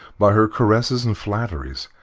by her caresses and flatteries,